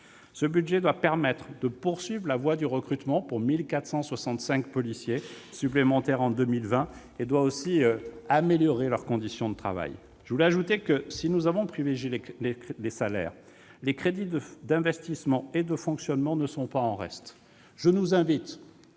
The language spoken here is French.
Ce budget doit permettre de poursuivre le recrutement de 1 465 policiers supplémentaires en 2020 et d'améliorer leurs conditions de travail. Si nous avons privilégié les salaires, les crédits d'investissement et de fonctionnement ne sont pas en reste.